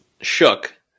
shook